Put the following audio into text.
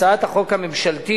הצעת החוק הממשלתית